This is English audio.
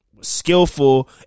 skillful